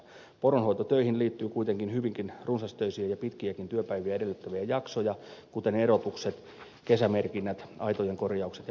poronhoitotöihin liittyy kuitenkin hyvinkin runsastöisiä ja pitkiäkin työpäiviä edellyttäviä jaksoja kuten erotukset kesämerkinnät aitojen korjaukset ja paimennukset